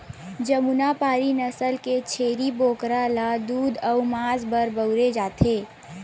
जमुनापारी नसल के छेरी बोकरा ल दूद अउ मांस बर बउरे जाथे